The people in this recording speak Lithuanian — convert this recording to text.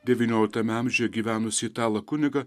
devynioliktame amžiuje gyvenusį italą kunigą